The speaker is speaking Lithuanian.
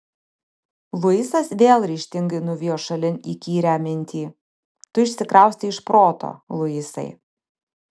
luisas vėl ryžtingai nuvijo šalin įkyrią mintį tu išsikraustei iš proto luisai